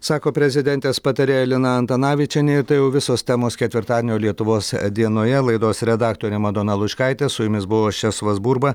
sako prezidentės patarėja lina antanavičienė ir tai jau visos temos ketvirtadienio lietuvos dienoje laidos redaktorė madona lučkaitė su jumis buvo aš česlovas burba